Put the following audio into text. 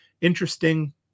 Interesting